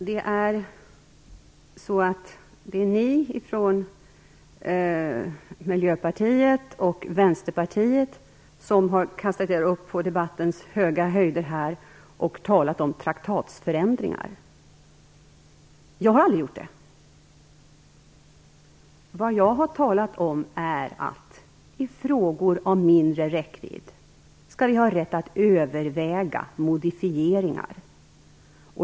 Fru talman! Det är ni från Miljöpartiet och Vänsterpartiet som har kastat er upp på debattens höga höjder och talat om traktatsförändringar. Jag har aldrig gjort det. Vad jag har talat om är att vi i frågor av mindre räckvidd skall ha rätt att överväga modifieringar.